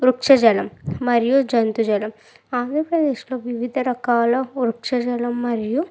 వృక్ష జలం మరియు జంతు జలం ఆంధ్రప్రదేశ్లో వివిధ రకాల వృక్ష జలం మరియు